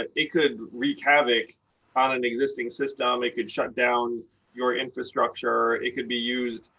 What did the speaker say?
it it could wreak havoc on an existing system. it could shut down your infrastructure. it could be used.